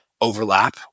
overlap